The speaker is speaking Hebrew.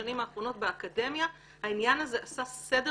השנים האחרונות באקדמיה העניין הזה עשה סדר